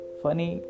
funny